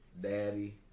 Daddy